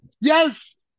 yes